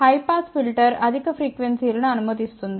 high pass filter అధిక frequency లను అనుమతిస్తుంది